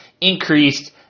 increased